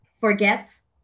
forgets